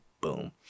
boom